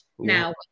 now